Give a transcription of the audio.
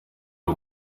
y’u